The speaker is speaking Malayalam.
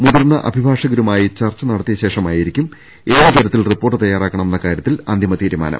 മുതിർന്ന അഭിഭാഷകരുമായി ചർച്ച നടത്തിയ ശേഷമായിരിക്കും ഏത് തരത്തിൽ റിപ്പോർട്ട് തയ്യാറാക്കണമെന്ന കാര്യത്തിൽ അന്തിമ തീരുമാനം